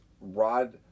Rod